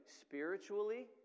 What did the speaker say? spiritually